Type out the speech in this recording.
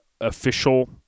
official